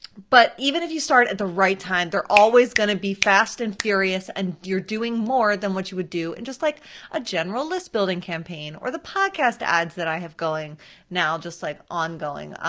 but even if you start at the right time, they're always gonna be fast and furious and you're doing more than what you would do in and just like a general list-building campaign or the podcast ads that i have going now, just like ongoing,